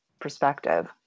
perspective